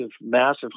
massive